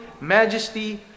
majesty